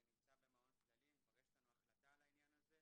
זה נמצא במעון טללים וכבר יש לנו החלטה בעניין הזה.